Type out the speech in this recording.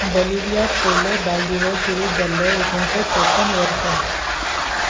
बोलिव्हियांत पयलो बालदीस सुरू जालो एकोणिशें चवपन्न वर्सा